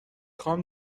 خوام